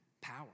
power